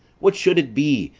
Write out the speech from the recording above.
what should it be,